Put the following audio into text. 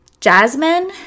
Jasmine